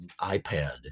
ipad